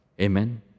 Amen